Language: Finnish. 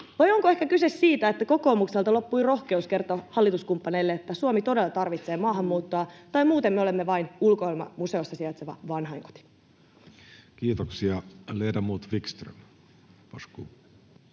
vai onko kyse ehkä siitä, että kokoomukselta loppui rohkeus kertoa hallituskumppaneille, että Suomi todella tarvitsee maahanmuuttoa tai muuten me olemme vain ulkoilmamuseossa sijaitseva vanhainkoti? Kiitoksia. — Ledamot Wickström.